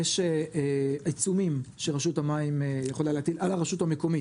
יש עיצומים שרשות המים יכולה להטיל על הרשות המקומית